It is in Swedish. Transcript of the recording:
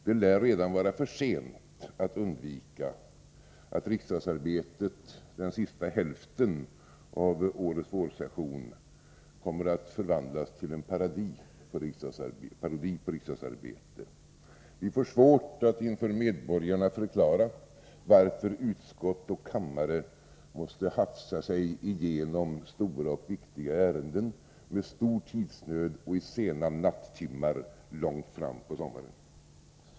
Det lär redan nu vara för sent att undvika att riksdagsarbetet under den sista hälften av årets vårsession kommer att förvandlas till en parodi på riksdagsarbetet. Vi får svårt att inför medborgarna förklara varför utskott och kammare måste hafsa sig igenom stora och viktiga ärenden med stor tidsnöd och i sena nattimmar långt fram på sommaren.